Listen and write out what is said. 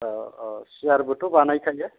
ओ ओ सियारबोथ' बानायोखायो